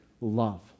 love